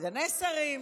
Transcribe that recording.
סגני שרים,